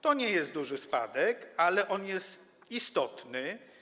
To nie jest duży spadek, ale on jest istotny.